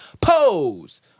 pose